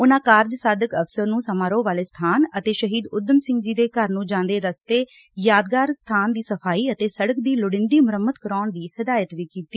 ਉਨਾਂ ਕਾਰਜ ਸਾਧਕ ਅਫ਼ਸਰ ਨੰ ਸਮਾਰੋਹ ਵਾਲੇ ਸਬਾਨ ਅਤੇ ਸ਼ਹੀਦ ਉਧਮ ਸਿੰਘ ਦੇ ਘਰ ਨੰ ਜਾਂਦੇ ਰਸਤੇ ਯਾਦਗਾਰ ਸਬਾਨ ਦੀ ਸਫ਼ਾਈ ਅਤੇ ਸੜਕ ਦੀ ਲੋੜੀਦੀ ਮੁਰੰਮਤ ਕਰਵਾਉਣ ਦੀ ਹਦਾਇਤ ਕੀਤੀ